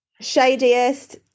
Shadiest